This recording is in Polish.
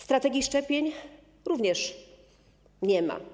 Strategii szczepień również nie ma.